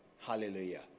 Hallelujah